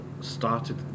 started